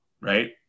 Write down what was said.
right